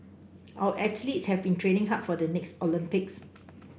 our athletes have been training hard for the next Olympics